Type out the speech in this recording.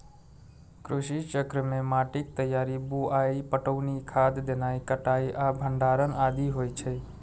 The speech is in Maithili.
कृषि चक्र मे माटिक तैयारी, बुआई, पटौनी, खाद देनाय, कटाइ आ भंडारण आदि होइ छै